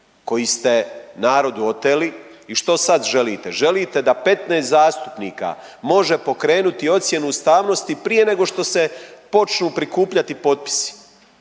koji ste narodu oteli i što sad želite? Želite da 15 zastupnika može pokrenuti ocjenu ustavnosti prije nego što se počnu prikupljati potpisi